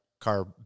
car